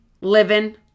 living